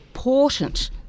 important